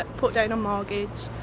put down a mortgage,